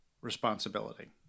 responsibility